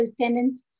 tenants